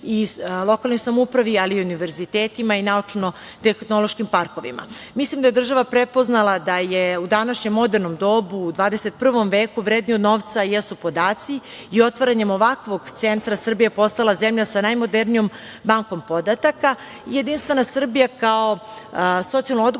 i lokalnoj samoupravi, ali i univerzitetima i naučno-tehnološkim parkovima. Mislim da je država prepoznala da u današnjem modernom dobu, u 21. veku vrednije od novca jesu podaci. Otvaranjem ovakvog centra Srbija je postala zemlja sa najmodernijom bankom podataka. Jedinstvena Srbija, kao socijalno odgovorna